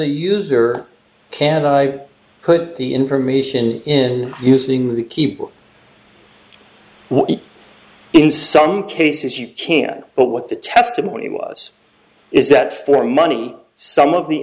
a user can i put the information in using the keyboard in some cases you can but what the testimony was is that for money some of the